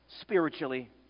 spiritually